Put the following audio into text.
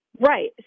Right